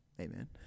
Amen